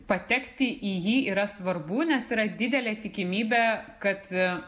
patekti į jį yra svarbu nes yra didelė tikimybė kad